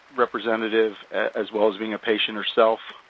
representative, as well as being a patient herself.